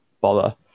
bother